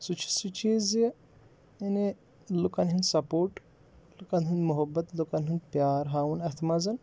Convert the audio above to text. سُہ چھِ سُہ چیٖز زِ یعنی لُکَن ہِنٛدۍ سپوٹ لُکَن ہِنٛدۍ محبت لُکَن ہُنٛد پیٛار ہاوُن اَتھ منٛز